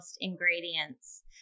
ingredients